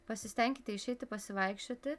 pasistenkite išeiti pasivaikščioti